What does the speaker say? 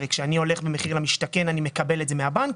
הרי כשאני הולך במחיר למשתכן אני מקבל את זה מהבנק,